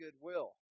goodwill